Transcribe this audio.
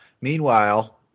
meanwhile